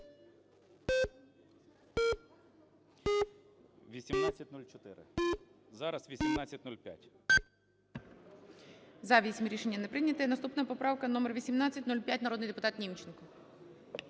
За-8 Рішення не прийнято. Наступна поправка номер 1805. Народний депутат Німченко.